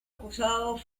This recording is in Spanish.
acusados